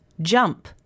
jump